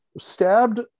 stabbed